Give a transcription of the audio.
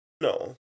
No